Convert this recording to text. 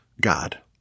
God